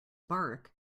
bark